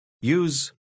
Use